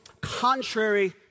contrary